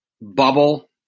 bubble